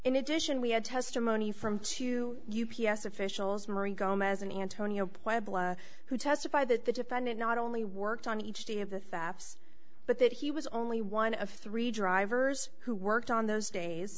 in addition we had testimony from two u p s officials marie gomez and antonio pueblo who testify that the defendant not only worked on each day of the thefts but that he was only one of three drivers who worked on those days